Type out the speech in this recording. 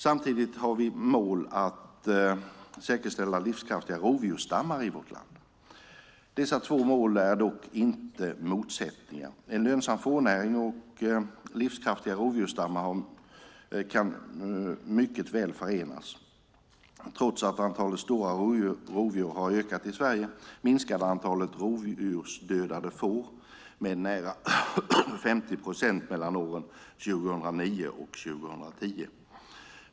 Samtidigt har vi mål att säkerställa livskraftiga rovdjursstammar i vårt land. Dessa två mål är dock inte motsättningar - en lönsam fårnäring och livskraftiga rovdjursstammar kan mycket väl förenas. Trots att antalet stora rovdjur har ökat i Sverige minskade antalet rovdjursdödade får med nära 50 procent mellan åren 2009 och 2010.